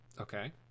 Okay